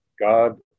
God